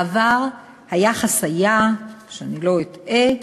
בעבר היחס היה, שאני לא אטעה,